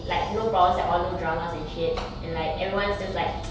like no problems at all no dramas and shit and like everyone's just like